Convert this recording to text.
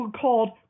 called